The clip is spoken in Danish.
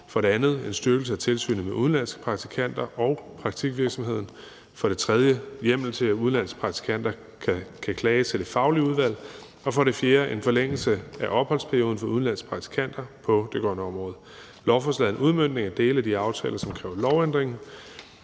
for det andet en styrkelse af tilsynet med udenlandske praktikanter og praktikvirksomheden; for det tredje hjemmel til, at udenlandske praktikanter kan klage til det faglige udvalg; og for det fjerde en forlængelse af opholdsperioden for udenlandske praktikanter på det grønne område. Lovforslaget er en udmøntning af dele af de aftaler, som kræver lovændring.